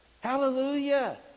Hallelujah